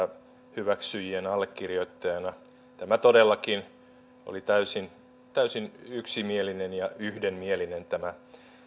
hyväksyjänä allekirjoittajana tämä todellakin oli täysin täysin yksimielinen ja yhdenmielinen tämä